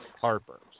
Harper